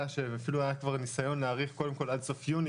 שאפילו היה כבר נסיון להאריך קודם כל עד סוף יוני,